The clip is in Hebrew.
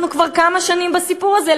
אנחנו כבר כמה שנים בסיפור הזה,